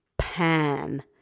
pan